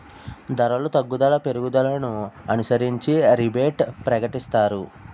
ధరలు తగ్గుదల పెరుగుదలను అనుసరించి రిబేటు ప్రకటిస్తారు